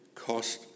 cost